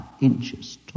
inches